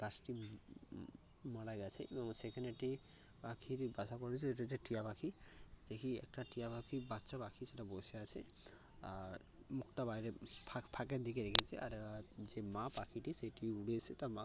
গাছটি মারা গিয়েছে এবং সেখানে একটি পাখির বাসা পড়েছে ওটা হচ্ছে টিয়া পাখি দেখি একটা টিয়া পাখির বাচ্চা পাখি সেটা বসে আছে আর মুখটা বাইরে ফাঁক ফাঁকের দিকে রেখেছে আর যে মা পাখিটি সেটি উড়ে এসে তার মা